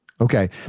okay